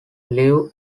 live